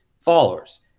followers